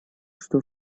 что